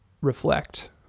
reflect